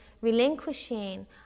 relinquishing